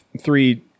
three